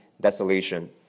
desolation